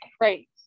right